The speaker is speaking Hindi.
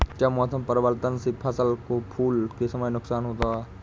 क्या मौसम परिवर्तन से फसल को फूल के समय नुकसान होगा?